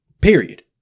period